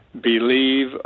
believe